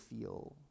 feel